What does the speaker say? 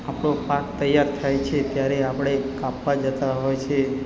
આપણો પાક તૈયાર થાય છે ત્યારે આપણે કાપવા જતાં હોય છે